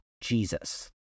Jesus